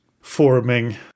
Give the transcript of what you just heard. forming